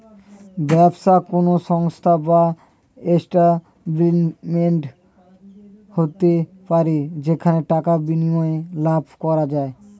ব্যবসা কোন সংস্থা বা এস্টাব্লিশমেন্ট হতে পারে যেখানে টাকার বিনিময়ে লাভ করা যায়